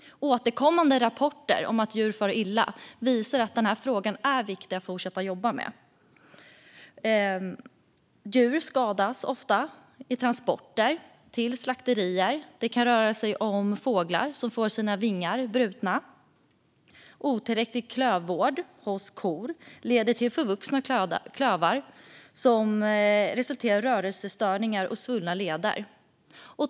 Återkommande rapporter om att djur far illa visar att denna fråga är viktig att fortsätta att jobba med. Djur skadas ofta under transporten till slakteriet; det kan till exempel röra sig om fåglar som får sina vingar brutna. Det kan även vara fråga om otillräcklig klövvård hos kor, och det leder till förvuxna klövar som resulterar i rörelsestörningar och svullna leder.